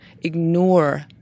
ignore